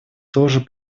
тоже